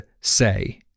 say